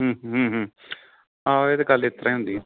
ਆ ਇਹ ਤਾਂ ਗੱਲ ਇਸ ਤਰ੍ਹਾਂ ਹੀ ਹੁੰਦੀ ਆ